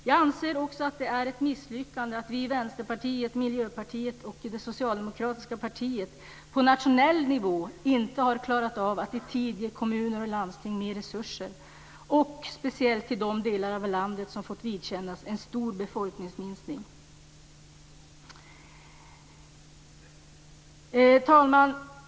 Jag anser också att det är ett misslyckande att vi i Vänsterpartiet, Miljöpartiet och det socialdemokratiska partiet på nationell nivå inte har klarat av att i tid ge kommuner och landsting mer resurser, speciellt i de delar av landet som fått vidkännas en stor befolkningsminskning. Fru talman!